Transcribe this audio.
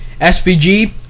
SVG